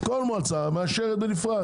כל מועצה מאשרת בנפרד.